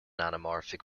anamorphic